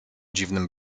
dziwnym